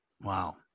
Wow